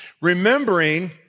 Remembering